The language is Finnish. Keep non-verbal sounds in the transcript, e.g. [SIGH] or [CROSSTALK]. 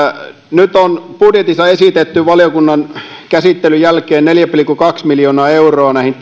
nyt on budjetissa esitetty valiokunnan käsittelyn jälkeen neljä pilkku kaksi miljoonaa euroa näihin [UNINTELLIGIBLE]